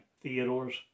Theodore's